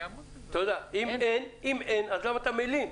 אם אין, אז למה אתה מלין?